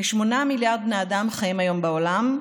כ-8 מיליארד בני אדם חיים היום בעולם,